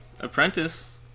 Apprentice